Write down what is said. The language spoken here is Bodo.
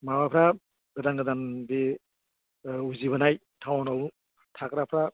माबाफोरा गोदान गोदान बे उजिबोनाय थाउनाव थाग्राफ्रा